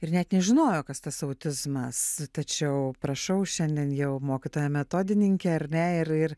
ir net nežinojo kas tas autizmas tačiau prašau šiandien jau mokytoja metodininkė ar ne ir ir